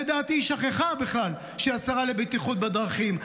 לדעתי היא שכחה בכלל שהיא השרה לבטיחות בדרכים.